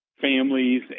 families